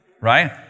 right